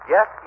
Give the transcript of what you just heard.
Yes